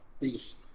Peace